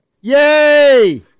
Yay